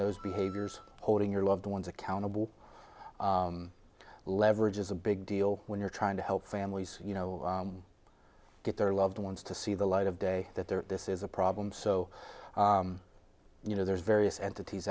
those behaviors holding your loved ones accountable leverage is a big deal when you're trying to help families you know get their loved ones to see the light of day that they're this is a problem so you know there's various entities